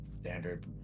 Standard